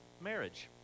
marriage